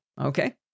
okay